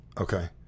Okay